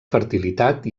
fertilitat